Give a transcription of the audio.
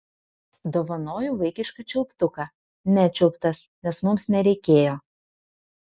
dovanoju vaikišką čiulptuką nečiulptas nes mums nereikėjo